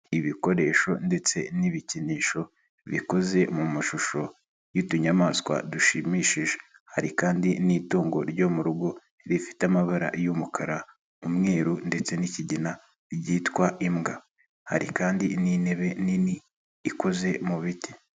lbikoresho ndetse n'ibikinisho bikoze mu mashusho y'utunyamaswa dushimishije, hari kandi n'itungo ryo mu rugo rifite amabara y'umukara, umweru ndetse n'ikigina ryitwa imbwa, hari kandi n'intebe nini ikoze mu biti.